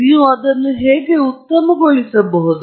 ನೀವು ಅದನ್ನು ಹೇಗೆ ಉತ್ತಮಗೊಳಿಸಬಹುದು